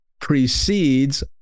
precedes